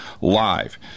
live